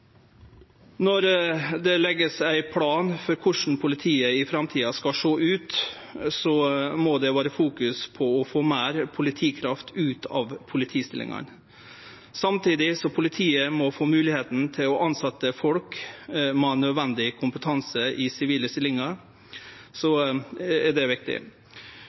Når det vert lagt ein plan for korleis politiet i framtida skal sjå ut, må det fokuserast på å få meir politikraft ut av politistillingane. Samtidig må politiet få moglegheit til å tilsetje folk med nødvendig kompetanse i sivile stillingar. Det er viktig. Målet om to per 1 000 er ei viktig